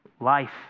life